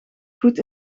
goed